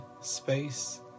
space